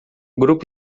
grupo